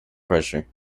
pressure